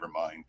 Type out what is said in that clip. Nevermind